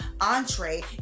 Entree